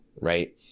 Right